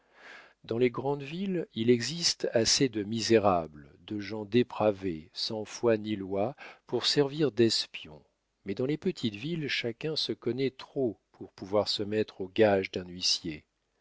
dans les grandes villes il existe assez de misérables de gens dépravés sans foi ni loi pour servir d'espions mais dans les petites villes chacun se connaît trop pour pouvoir se mettre aux gages d'un huissier